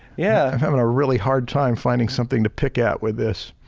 yeah i'm having a really hard time finding something to pick out with this.